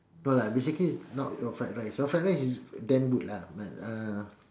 no lah basically is not your fried rice your fried rice is damn good lah but uh